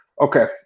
Okay